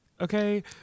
okay